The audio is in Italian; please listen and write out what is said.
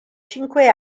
cinque